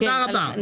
תודה רבה.